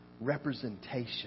Representation